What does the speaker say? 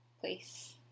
place